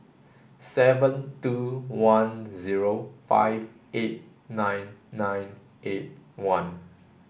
seven two one zero five eight nine nine eight one